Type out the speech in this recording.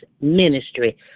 ministry